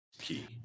key